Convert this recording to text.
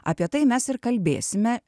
apie tai mes ir kalbėsime